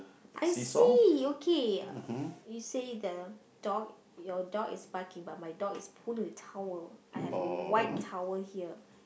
I see okay you say the dog your dog is sparky but my dog is pulling towel I have a white towel here